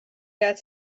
got